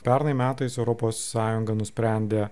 pernai metais europos sąjunga nusprendė